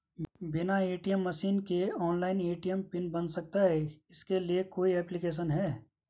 बिना ATM machine के online ATM pin बन सकता है इसके लिए कोई ऐप्लिकेशन है?